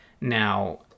Now